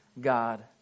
God